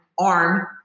arm